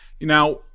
Now